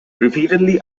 repeatedly